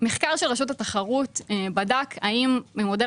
מחקר של רשות התחרות בדק האם מודל